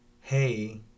Hey